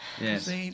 Yes